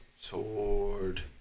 sword